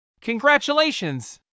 Congratulations